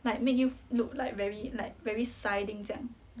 like make you look like very like very siding 这样